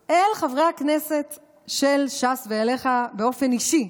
ממני אל חברי הכנסת של ש"ס ואליך באופן אישי?